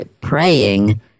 praying